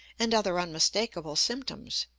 and other unmistakable symptoms.